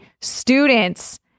students